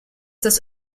das